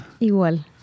Igual